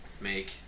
make